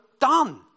Done